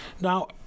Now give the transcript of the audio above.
Now